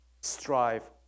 Strive